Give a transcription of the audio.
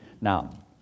Now